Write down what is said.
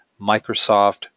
Microsoft